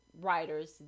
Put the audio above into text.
writers